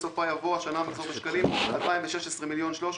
בסופה יבוא: השנה המחזור בשקלים חדשים 2016 1,030,000